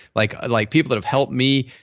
like ah like people that have helped me,